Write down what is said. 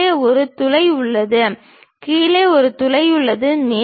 கீழே ஒரு துளை உள்ளது கீழே ஒரு துளை உள்ளது